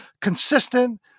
consistent